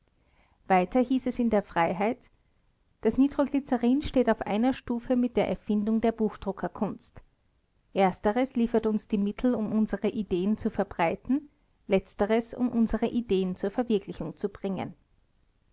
weiter hieß es in der freiheit das nitroglyzerin steht auf einer stute mit der erfindung der buchdruckerkunst ersteres liefert uns die mittel um unsere ideen zu verbreiten letzteres um unsere ideen zur verwirklichung zu bringen